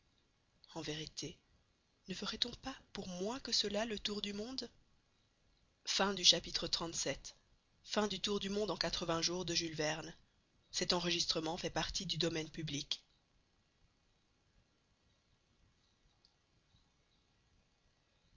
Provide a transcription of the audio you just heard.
en vérité ne ferait-on pas pour moins que cela le tour du monde